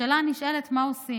והשאלה הנשאלת היא מה עושים.